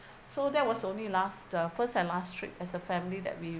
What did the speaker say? so that was only last uh first and last trip as a family that we